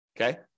okay